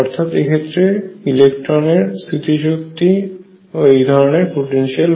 অর্থাৎ ইলেকট্রনের স্থিতিশক্তির রাশিটি হবে এই ধরনের পোটেনশিয়াল